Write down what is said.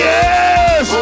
Yes